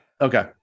Okay